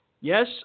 Yes